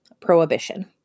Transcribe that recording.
prohibition